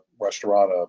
restaurant